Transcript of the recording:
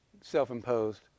self-imposed